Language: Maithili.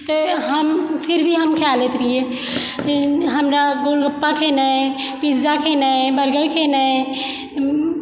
तऽ फिर भी हम खा लैत रहियइ फिर हमरा गोलगप्पा खेनाइ पिज्जा खेनाइ बर्गर खेनाइ